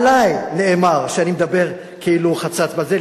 עלי נאמר שאני מדבר כאילו חצץ בפה,